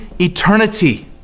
eternity